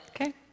Okay